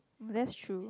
that's true